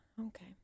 Okay